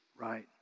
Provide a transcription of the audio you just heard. right